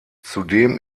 zudem